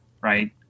right